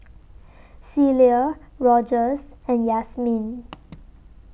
Celia Rogers and Yasmine